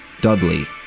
Dudley